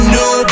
new